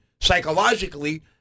psychologically